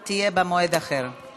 בבקשה, אדוני.